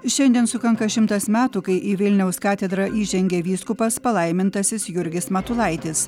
šiandien sukanka šimtas metų kai į vilniaus katedrą įžengė vyskupas palaimintasis jurgis matulaitis